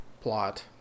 plot